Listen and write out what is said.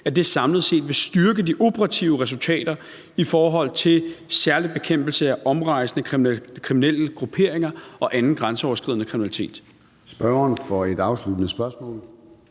at det samlet set vil styrke de operative resultater i forhold til særlig bekæmpelse af omrejsende kriminelle grupperinger og anden grænseoverskridende kriminalitet.